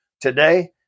Today